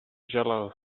jello